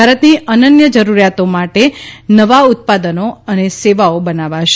ભારતની અનન્ય જરૂરિયાતો માટે નવા ઉત્પાદનો અને સેવાઓ બનાવશે